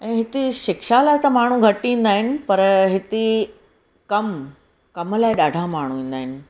ऐं हिते शिक्षा लाइ त माण्हू घटि ईंदा आहिनि पर हिते कमु कम लाइ ॾाढा माण्हू ईंदा आहिनि